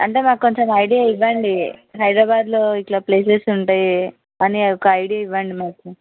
అంటే మాకు కొంచెం ఐడియా ఇవ్వండి హైదరాబాద్లో ఇట్లా ప్లేసెస్ ఉంటాయి అని ఒక ఐడియా ఇవ్వండి మాకు